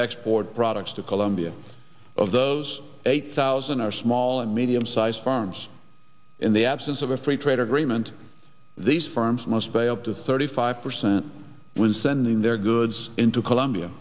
export products to colombia of those eight thousand are small and medium size farms in the absence of a free trade agreement these firms must pay up to thirty five percent when sending their goods into colombia